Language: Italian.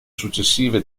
successive